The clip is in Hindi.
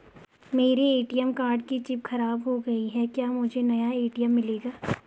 मेरे ए.टी.एम कार्ड की चिप खराब हो गयी है क्या मुझे नया ए.टी.एम मिलेगा?